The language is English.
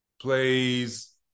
plays